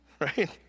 right